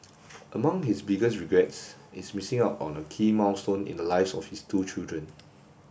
among his biggest regrets is missing out on a key milestone in the lives of his two children